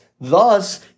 Thus